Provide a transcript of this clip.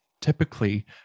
typically